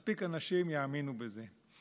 מספיק אנשים יאמינו בזה.